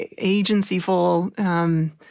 agencyful